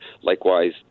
Likewise